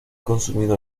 consumido